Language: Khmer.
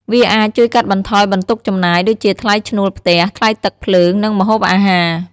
វាអាច ជួយកាត់បន្ថយបន្ទុកចំណាយ ដូចជាថ្លៃឈ្នួលផ្ទះ ថ្លៃទឹក ភ្លើង និងម្ហូបអាហារ។